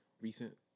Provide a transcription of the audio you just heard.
recent